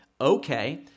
Okay